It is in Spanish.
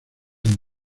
han